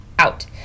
out